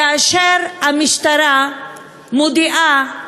כאשר המשטרה מודיעה,